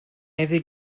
iddi